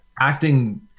acting